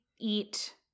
eat